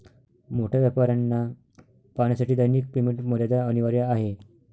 मोठ्या व्यापाऱ्यांना पाहण्यासाठी दैनिक पेमेंट मर्यादा अनिवार्य आहे